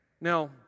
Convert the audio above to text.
Now